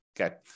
okay